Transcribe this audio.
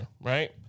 right